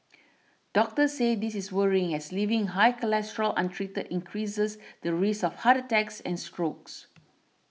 doctors say this is worrying as leaving high cholesterol untreated increases the risk of heart attacks and strokes